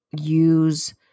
use